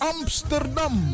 Amsterdam